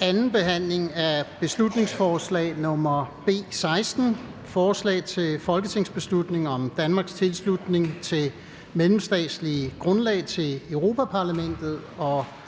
1) 2. (sidste) behandling af beslutningsforslag nr. B 16: Forslag til folketingsbeslutning om Danmarks tilslutning på mellemstatsligt grundlag til Europa-Parlamentets